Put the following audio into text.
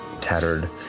tattered